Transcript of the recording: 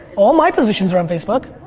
all my physicians are on facebook.